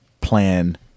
plan